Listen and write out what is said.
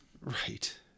Right